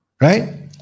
Right